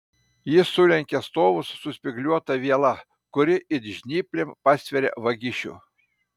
ji sulenkia stovus su spygliuota viela kuri it žnyplėm pastveria vagišių